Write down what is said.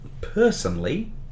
Personally